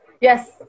Yes